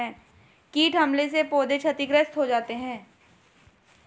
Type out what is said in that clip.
कीट हमले से पौधे क्षतिग्रस्त हो जाते है